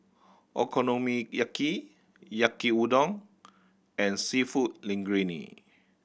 Okonomiyaki Yaki Udon and Seafood Linguine